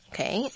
Okay